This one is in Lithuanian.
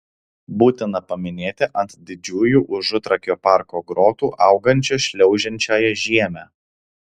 būtina paminėti ant didžiųjų užutrakio parko grotų augančią šliaužiančiąją žiemę